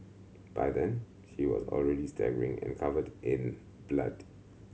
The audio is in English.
by then she was already staggering and covered in blood